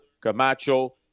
Camacho